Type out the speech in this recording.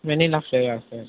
வெண்ணிலா ஃப்ளேவரா சார்